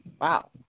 Wow